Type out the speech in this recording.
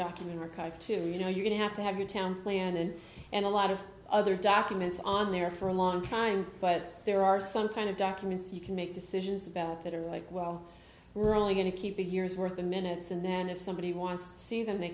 document or kind of to you know you'd have to have your town planet and a lot of other documents on there for a long time but there are some kind of documents you can make decisions about that are like well we're only going to keep a year's worth of minutes and then if somebody wants to see them they